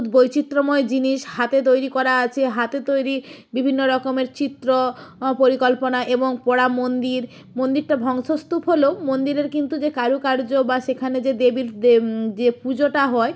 বৈচিত্র্যময় জিনিস হাতে তৈরি করা আছে হাতে তৈরি বিভিন্ন রকমের চিত্র পরিকল্পনা এবং পোড়া মন্দির মন্দিরটা ধ্বংসস্তুপ হলেও মন্দিরের কিন্তু যে কারুকার্য বা সেখানে যে দেবীর দে যে পুজোটা হয়